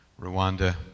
Rwanda